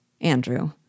Andrew